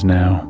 now